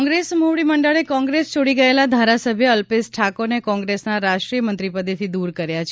કોંગ્રેસ મોવડી મંડળે કોંગ્રેસ છોડી ગયેલા ધારાસભ્ય અલ્પેશ ઠાકોરને કોંગ્રેસના રાષ્ટ્રીય મંત્રીપદેથી દૂર કર્યા છે